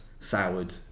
Soured